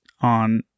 on